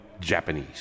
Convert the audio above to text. Japanese